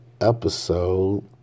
episode